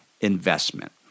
investment